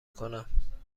کنم